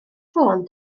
ffôn